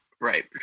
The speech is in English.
Right